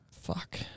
fuck